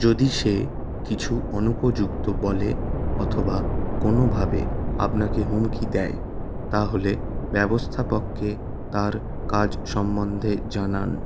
যদি সে কিছু অনুপযুক্ত বলে অথবা কোনও ভাবে আপনাকে হুমকি দেয় তাহলে ব্যবস্থাপককে তার কাজ সম্বন্ধে জানান